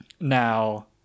Now